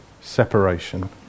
separation